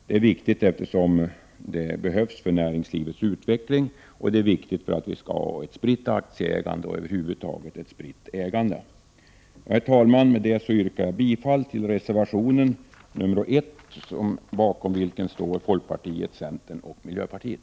Det är viktigt, eftersom det behövs för näringslivets utveckling, och det är viktigt för att vi skall ha ett spritt aktieägande och över huvud taget ett spritt ägande. Herr talman! Med det yrkar jag bifall till reservation 1, bakom vilken står folkpartiet, centern och miljöpartiet.